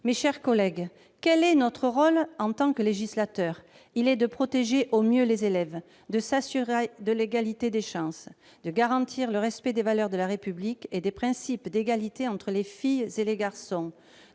Mes chers collègues, quel est notre rôle en tant que législateur ? Il est de protéger au mieux les élèves, de nous assurer de l'égalité des chances, de garantir le respect des valeurs de la République et des principes d'égalité entre les filles et les garçons,